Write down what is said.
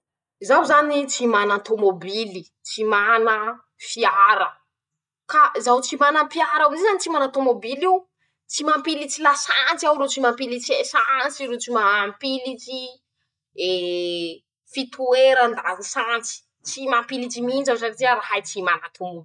Zaho zany tsy manan-tômobily, tsy manaa fiara, ka zaho tsy manam-piar'eo am'izay zany tsy manan-tômobil'io, tsy mampilitsy lasantsy aho ro tsy mapilitsy esansy ro tsy maampilitsy eee, fitoeran-dasansy, tsy mampilitsy mihintsy aho satria rahay tsy mana tômôbily.